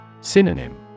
Synonym